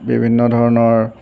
বিভিন্ন ধৰণৰ